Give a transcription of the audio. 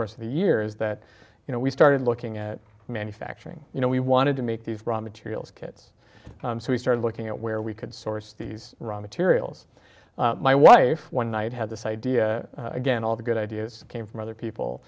course of the years that you know we started looking at manufacturing you know we wanted to make these raw materials kits so we started looking at where we could source these raw materials my wife one night had this idea again all the good ideas came from other people